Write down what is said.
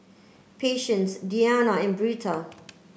Patience Deana and Britta